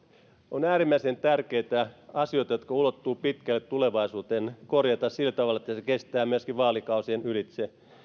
on äärimmäisen tärkeätä korjata asioita jotka ulottuvat pitkälle tulevaisuuteen sillä tavalla että se kestää myöskin vaalikausien ylitse